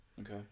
Okay